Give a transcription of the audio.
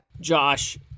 Josh